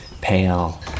pale